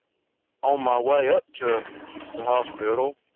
on my way up to the hospital,